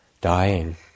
dying